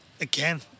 again